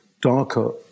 darker